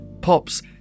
pops